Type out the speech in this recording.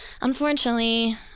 unfortunately